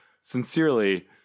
Sincerely